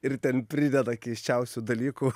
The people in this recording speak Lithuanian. ir ten prideda keisčiausių dalykų